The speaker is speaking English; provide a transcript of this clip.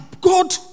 God